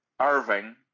Irving